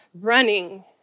running